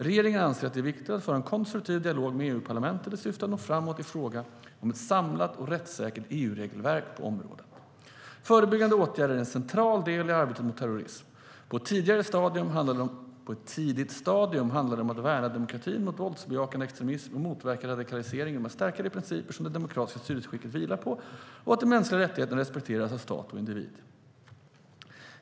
Regeringen anser att det är viktigt att föra en konstruktiv dialog med EU-parlamentet i syfte att nå framåt i fråga om ett samlat och rättssäkert EU-regelverk på området. Förebyggande åtgärder är en central del i arbetet mot terrorism. På ett tidigt stadium handlar det om att värna demokratin mot våldsbejakande extremism och motverka radikalisering genom att stärka de principer som det demokratiska styrelseskicket vilar på och att de mänskliga rättigheterna respekteras av stat och individ.